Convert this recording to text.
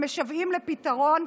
שמשוועים לפתרון,